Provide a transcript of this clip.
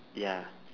ya